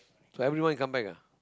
every month he come back ah